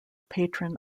patron